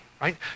right